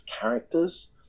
characters